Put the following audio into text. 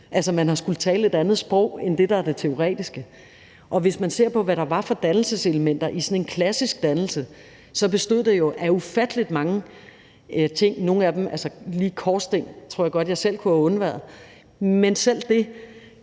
altså at man har skullet tale et andet sprog end det, der er det teoretiske. Hvis man ser på, hvad der var for dannelseselementer i sådan en klassisk dannelse, bestod de jo af ufattelig mange ting, og lige korssting tror jeg godt jeg selv kunne have undværet. Men hvis